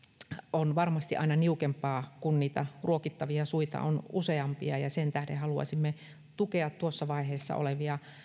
on varmasti aina niukempaa kun niitä ruokittavia suita on useampia ja sen tähden haluaisimme tukea tuossa vaiheessa olevia